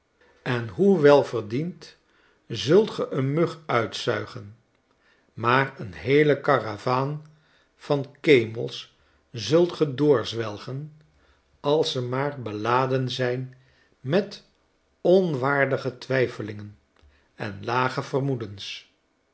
en hoe welverdiend zult ge een mug uitzuigen maar een heele karavaan van kernels zult ge doorzwelgen als ze maar beladen zyn met onwaardige twijfelingen en lage vermoedens